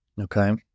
Okay